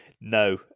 No